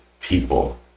people